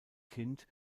kind